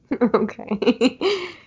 Okay